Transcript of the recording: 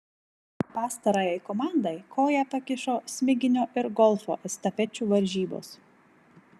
pastarajai komandai koją pakišo smiginio ir golfo estafečių varžybos